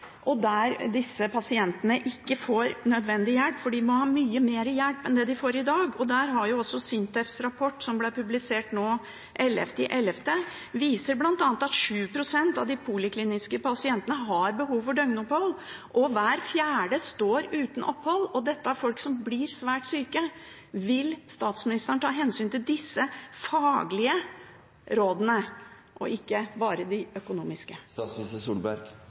der disse pasientene ikke får nødvendig hjelp, for de må ha mye mer hjelp enn det de får i dag. SINTEFs rapport, som ble publisert 11. november, viser bl.a. at 7 pst. av de polikliniske pasientene har behov for døgnopphold. Hver fjerde står uten opphold, og dette er folk som blir svært syke. Vil statsministeren ta hensyn til disse faglige rådene og ikke bare de økonomiske?